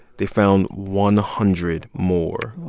they found one hundred more. wow.